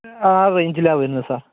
ആ റേഞ്ചിലാണ് വരുന്നത് സർ